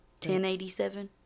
1087